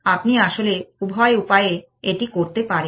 আপনি আসলে উভয় উপায়ে এটি করতে পারেন